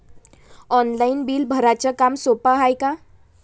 Online bill भराच काम सोपं हाय का?